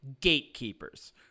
gatekeepers